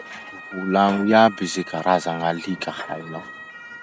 Volagno aby ze karaza gn'alika hainao.